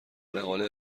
مقاله